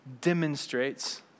demonstrates